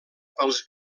pels